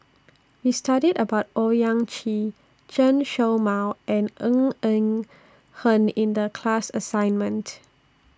We studied about Owyang Chi Chen Show Mao and Ng Eng Hen in The class assignment